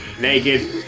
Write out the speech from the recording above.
Naked